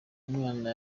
mwana